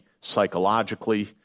psychologically